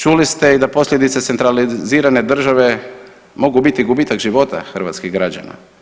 Čuli ste i da posljedice centralizirane države mogu biti i gubitak života hrvatskih građana.